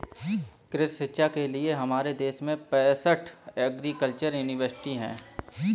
कृषि शिक्षा के लिए हमारे देश में पैसठ एग्रीकल्चर यूनिवर्सिटी हैं